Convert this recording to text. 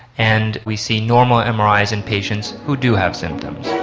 and we see normal and mris in patients who do have symptoms.